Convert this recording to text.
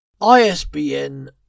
ISBN